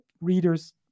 readers